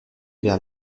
vers